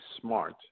smart